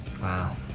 Wow